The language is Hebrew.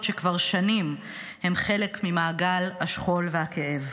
שכבר שנים הן חלק ממעגל השכול והכאב.